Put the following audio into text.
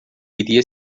iria